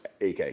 AK